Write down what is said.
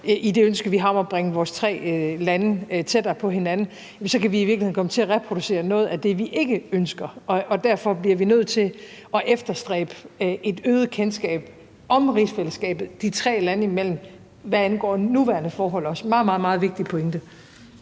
i det ønske, vi har om at bringe vores tre lande tættere på hinanden, så kan vi i virkeligheden komme til at reproducere noget af det, vi ikke ønsker. Derfor bliver vi nødt til at efterstræbe et øget kendskab til rigsfællesskabet de tre lande imellem, hvad angår nuværende forhold; det er også en meget, meget vigtig pointe.